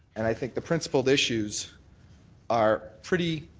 and i think the principled issues are pretty